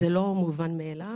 זה לא מובן מאליו.